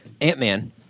Ant-Man